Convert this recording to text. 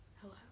hello